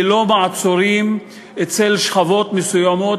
ללא מעצורים אצל שכבות מסוימות,